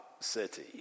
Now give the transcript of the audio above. city